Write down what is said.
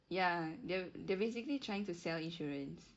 ya they they're basically trying to sell insurance